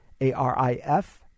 A-R-I-F